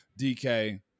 DK